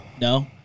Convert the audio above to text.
No